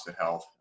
health